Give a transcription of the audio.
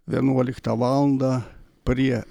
vienuoliktą valandą prie